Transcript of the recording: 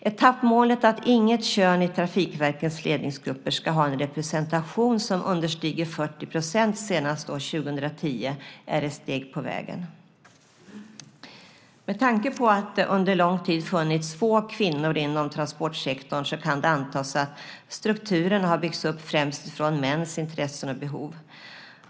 Etappmålet att inget kön i Trafikverkets ledningsgrupper ska ha en representation som understiger 40 % senast år 2010 är ett steg på vägen. Med tanke på att det under lång tid funnits få kvinnor inom transportsektorn kan det antas att strukturen har byggts upp främst från mäns intressen och behov.